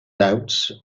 doubts